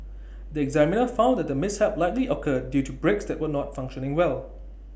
the examiner found that the mishap likely occurred due to brakes that were not functioning well